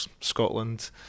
Scotland